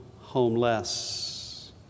homeless